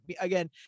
again